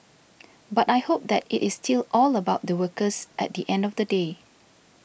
but I hope that it is still all about the workers at the end of the day